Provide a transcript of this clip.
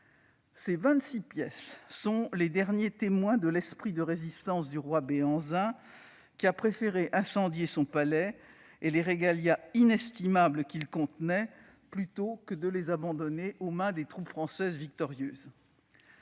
pièces sont les derniers témoins de l'esprit de résistance du roi Béhanzin, qui a préféré incendier son palais et les inestimables qu'il contenait plutôt que de les abandonner aux mains des troupes françaises victorieuses.